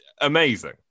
amazing